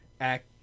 Act